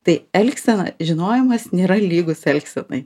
tai elgsena žinojimas nėra lygus elgsenai